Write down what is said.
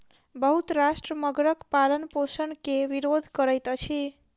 बहुत राष्ट्र मगरक पालनपोषण के विरोध करैत अछि